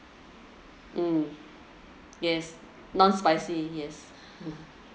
mm yes non spicy yes